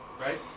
right